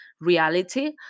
reality